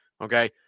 okay